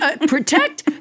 protect